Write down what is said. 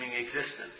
existence